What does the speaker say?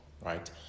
right